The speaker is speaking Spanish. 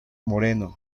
moreno